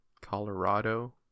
Colorado